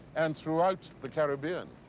and throughout the caribbean?